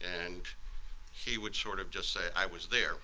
and he would sort of just say, i was there.